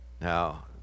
Now